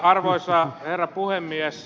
arvoisa herra puhemies